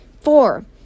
Four